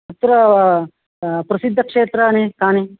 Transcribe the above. अत्र प्रसिद्धक्षेत्राणि कानि